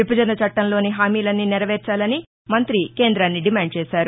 విభజన చట్టంలోని హామీలన్ని నెరవేర్చాలని మంతి కేంద్రాన్ని డిమాండ్ చేశారు